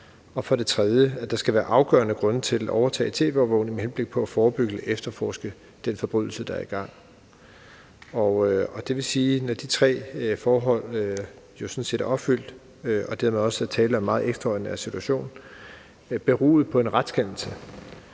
For det tredje skal der være afgørende grunde til at overtage tv-overvågning med henblik på at forebygge eller efterforske den forbrydelse, der er i gang. Det vil sige, at det kan ske, når de tre forhold er opfyldt, og der dermed også er tale om en meget ekstraordinær situation, og der skal